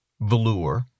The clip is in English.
velour